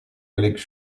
collègues